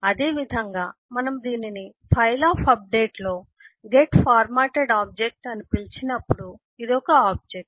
అదేవిధంగా మనము దీనిని ఫైల్ ఆఫ్ అప్డేట్ లో గెట్ ఫార్మాటెడ్ ఆబ్జెక్ట్ అని పిలిచినప్పుడు ఇది ఒక ఆబ్జెక్ట్